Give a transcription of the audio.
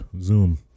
zoom